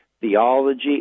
theology